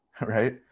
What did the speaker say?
right